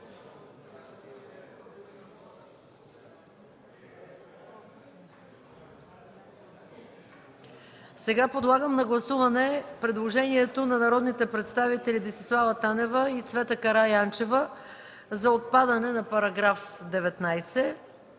Сега подлагам на гласуване предложението на народните представители Десислава Танева и Цвета Караянчева за отпадане на § 19